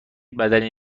بدنی